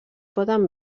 poden